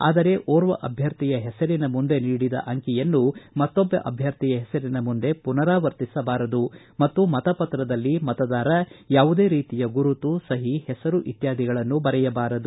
ಆದರೆ ಓರ್ವ ಅಭ್ಯರ್ಥಿಯ ಹೆಸರಿನ ಮುಂದೆ ನೀಡಿದ ಅಂಕಿಯನ್ನು ಮತ್ತೊಬ್ಬ ಅಭ್ನರ್ಥಿಯ ಹೆಸರಿನ ಮುಂದೆ ಮನರಾವರ್ತಿಸಬಾರದು ಮತ್ತು ಮತ ಪತ್ರದಲ್ಲಿ ಮತದಾರ ಯಾವುದೇ ರೀತಿಯ ಗುರುತು ಸಹಿ ಹೆಸರು ಇತ್ವಾದಿಗಳನ್ನು ಬರೆಯಬಾರದು